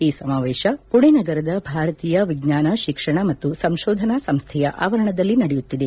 ಈ ಸಮಾವೇಶ ಮಣೆ ನಗರದ ಭಾರತೀಯ ವಿಜ್ಞಾನ ಶಿಕ್ಷಣ ಮತ್ತು ಸಂಶೋಧನಾ ಸಂಸ್ಥೆಯ ಆವರಣದಲ್ಲಿ ನಡೆಯುತ್ತಿದೆ